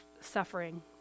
suffering